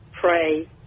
pray